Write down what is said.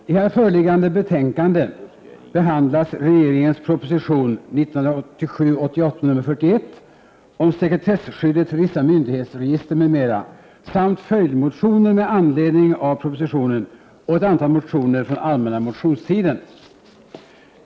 Herr talman! I här föreliggande betänkande behandlas regeringens proposition 1987/88:41 om sekretesskyddet för vissa myndighetsregister m.m. samt följdmotioner med anledning av propositionen och ett antal motioner från allmänna motionstiden.